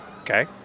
Okay